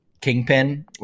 Kingpin